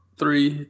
three